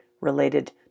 related